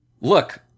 Look